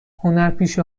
هنرپیشه